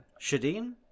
Shadeen